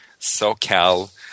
SoCal